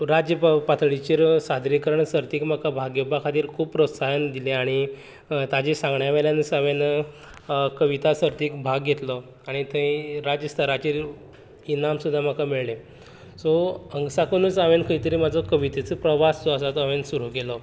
राज्य पाव पातळीचेर सादरीकरण सर्तींत म्हाका भाग घेवपा खातीर खूब प्रोत्साहन दिलें आनी ताचे सांगण्या वयल्यानच हांवेन कविता सर्तींत भाग घेतलो आनी थंय राज्यस्तराचेर इनाम सुद्दां म्हाका मेळ्ळें सो हांगा साकूनच हांवेन खंय तरी म्हाजो कवितेचो प्रवास जो आसा तो हांवेन सुरू केलो